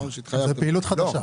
לא, זה פעילות חדשה.